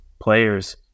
players